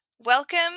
Welcome